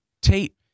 Tate